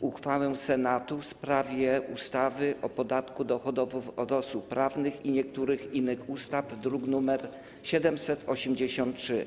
uchwałę Senatu w sprawie ustawy o zmianie ustawy o podatku dochodowym od osób prawnych oraz niektórych innych ustaw, druk nr 783.